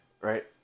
right